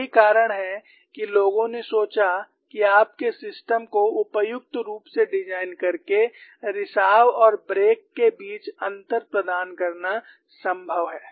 यही कारण है कि लोगों ने सोचा कि आपके सिस्टम को उपयुक्त रूप से डिजाइन करके रिसाव और ब्रेक के बीच अंतर प्रदान करना संभव है